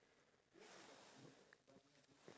so it's a good and bad